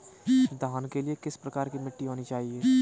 धान के लिए किस प्रकार की मिट्टी होनी चाहिए?